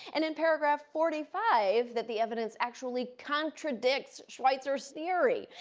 and in paragraph forty five, that the evidence actually contradicts schweizer's theory.